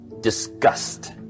disgust